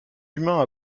humains